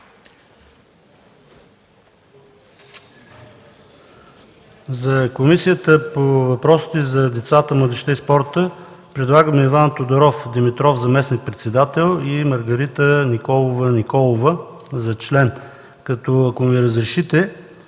За Комисията по въпросите на децата, младежта и спорта предлагаме: Иван Тодоров Димитров – за заместник-председател, и Маргарита Николаева Николова – за член. Ако ми разрешите,